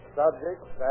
subjects